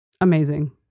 Amazing